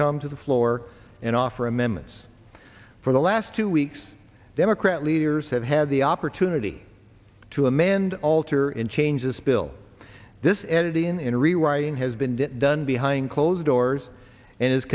come to the floor and offer amendments for the last two weeks democrat leaders have had the opportunity to amend alter in changes bill this added in a rewriting has been done behind closed doors and is